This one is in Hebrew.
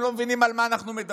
הם לא מבינים על מה אנחנו מדברים.